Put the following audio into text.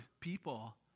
people